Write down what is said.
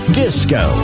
disco